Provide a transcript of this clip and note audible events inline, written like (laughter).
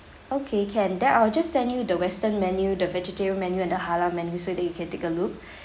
okay can then I'll just send you the western menu the vegetarian menu and the halal menu so that you can take a look (breath)